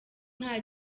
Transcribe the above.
nta